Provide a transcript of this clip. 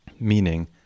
meaning